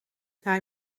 hij